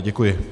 Děkuji.